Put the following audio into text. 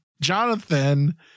Jonathan